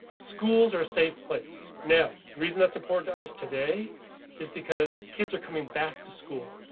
schools are a safe place now. reason that's important to us today is because kids are coming back to school.